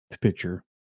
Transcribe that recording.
picture